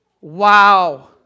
Wow